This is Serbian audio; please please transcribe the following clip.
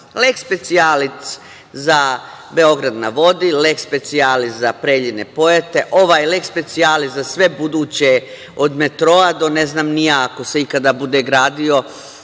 Leks specijalis za „Beograd na vodi“, leks specijalis za Preljina – Pojate, leks specijalis za sve buduće od metroa do ne znam ni ja, ako se ikada bude gradio